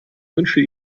wünsche